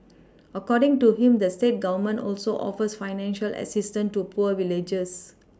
according to him the state Government also offers financial assistance to poor villagers